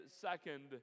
second